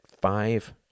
five